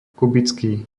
kubický